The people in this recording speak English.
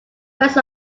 rest